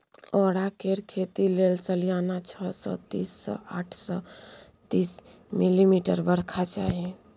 औरा केर खेती लेल सलियाना छअ सय तीस सँ आठ सय तीस मिलीमीटर बरखा चाही